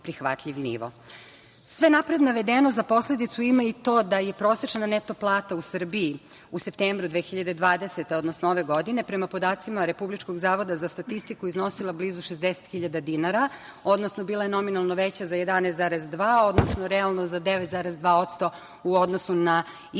napred navedeno za posledicu ima i to da je prosečna neto plata u Srbiji u septembru 2020. godine, prema podacima Republičkog zavoda za statistiku, iznosila blizu 60 hiljada dinara, odnosno bila je nominalno veća za 11,2%, odnosno realno za 9,2% u odnosu na isti mesec